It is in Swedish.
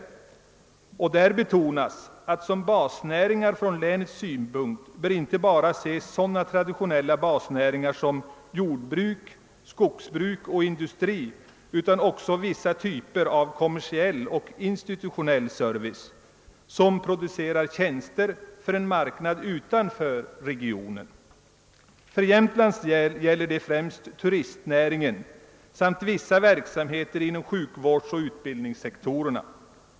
I skrivelsen betonas att som basnäringar bör från länets synpunkt betraktas inte bara sådana traditionella basnäringar som jordbruk, skogsbruk och industri utan också vissa typer av kommersiell och institutionell service som tillhandahåller tjänster för en marknad utanför regionen. För Jämtlands län gäller det främst turistnäringen samt vissa verk-, samheter inom sjukvårdsoch utbildningssektorerna.